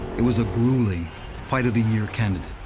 it was a grueling fight-of-the-year candidate,